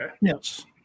yes